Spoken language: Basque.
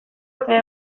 eta